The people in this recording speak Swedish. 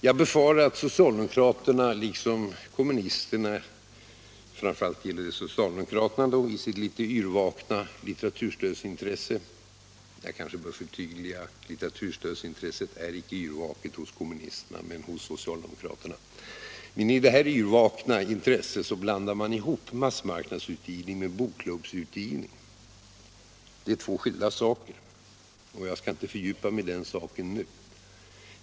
Jag befarar att socialdemokraterna i sitt litet yrvakna litteraturstödsintresse liksom kommunisterna här blandar ihop massmarknadsutgivning med bokklubbsutgivning. Jag kanske bör förtydliga mig: Litteraturstödsintresset är icke yrvaket hos kommunisterna, men hos socialdemokraterna. Massmarknadsutgivning och bokklubbsutgivning är två skilda saker. Jag skall inte fördjupa mig i den saken nu.